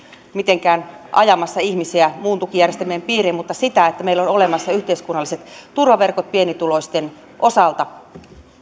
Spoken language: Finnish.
mitenkään erityisesti ajamassa ihmisiä muiden tukijärjestelmien piiriin vaan sitä että meillä on olemassa yhteiskunnalliset turvaverkot pienituloisten osalta